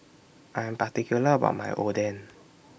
I Am particular about My Oden